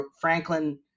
franklin